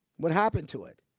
what happened to it?